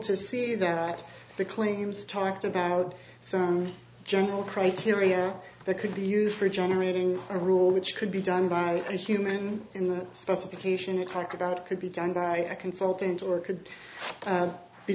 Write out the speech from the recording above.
to see that the claims talked about some general criteria that could be used for generating a rule which could be done by a human in the specification it talked about it could be done by a consultant or it could be